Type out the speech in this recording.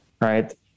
right